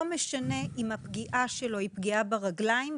לא משנה אם הפגיעה שלו היא פגיעה ברגליים,